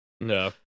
No